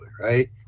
Right